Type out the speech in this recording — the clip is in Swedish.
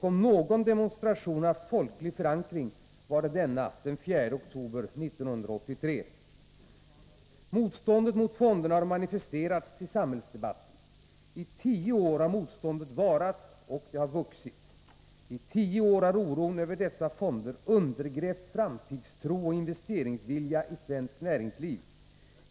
Om någon demonstration haft folklig förankring var det denna, den 4 oktober 1983. Motståndet mot fonderna har manifesterats i samhällsdebatten. I tio år har motståndet varat, och det har vuxit. I tio år har oron över dessa fonder undergrävt framtidstro och investeringsvilja i svenskt näringsliv.